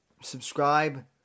subscribe